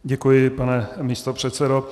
Děkuji, pane místopředsedo.